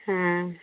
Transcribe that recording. हाँ